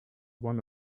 one